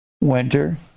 winter